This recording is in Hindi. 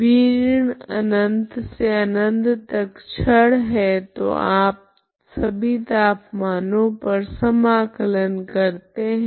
B ऋण अनत से अनंत तक छड़ है तो आप सभी तापमानों पर समाकलन करते है